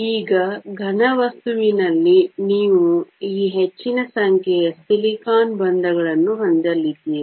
ಈಗ ಘನವಸ್ತುವಿನಲ್ಲಿ ನೀವು ಈ ಹೆಚ್ಚಿನ ಸಂಖ್ಯೆಯ ಸಿಲಿಕಾನ್ ಬಂಧಗಳನ್ನು ಹೊಂದಲಿದ್ದೀರಿ